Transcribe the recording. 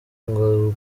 ngo